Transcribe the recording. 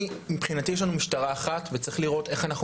מבחינתי יש לנו משטרה אחת וצריך לראות איך אנחנו